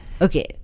Okay